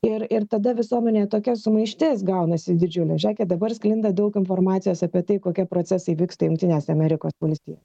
ir ir tada visuomenėje tokia sumaištis gaunasi didžiulė žėkit dabar sklinda daug informacijos apie tai kokie procesai vyksta jungtinėse amerikos valstijos